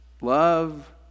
Love